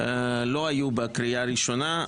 לא היו בקריאה הראשונה.